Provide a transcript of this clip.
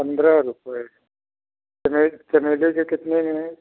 पंद्रह रुपये कनेर कनेरा का कितने में है